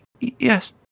yes